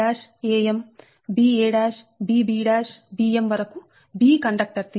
am ba bb bm b conductors